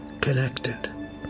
connected